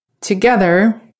Together